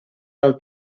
del